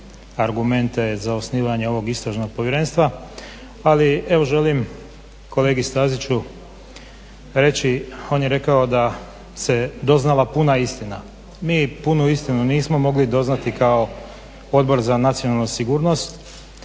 argumente za osnivanje ovog Istražnog povjerenstva, ali evo želim kolegi Staziću reći on je rekao da se doznala puna istina. Mi punu istinu nismo mogli doznati kao Odbor za nacionalnu sigurnost